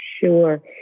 Sure